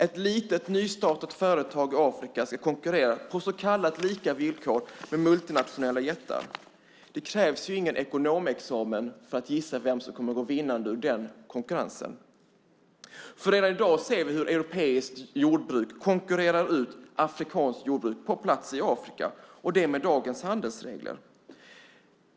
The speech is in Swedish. Ett litet nystartat företag i Afrika ska konkurrera på så kallade lika villkor med multinationella jättar. Det krävs ingen ekonomexamen för att komma fram till vem som segrar i den konkurrensen. Redan i dag ser vi hur europeiskt jordbruk konkurrerar ut afrikanskt jordbruk på plats i Afrika - och det med dagens handelsregler.